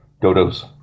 dodos